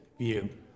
view